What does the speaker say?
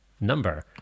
number